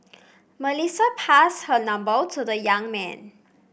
Melissa passed her number to the young man